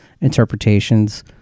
interpretations